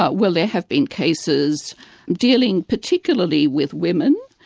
but well, there have been cases dealing particularly with women,